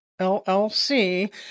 LLC